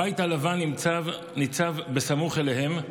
הבית הלבן ניצב סמוך אליהם,